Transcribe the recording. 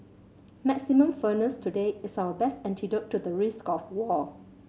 maximum firmness today is our best antidote to the risk of war